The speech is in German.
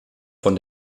von